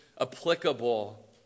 applicable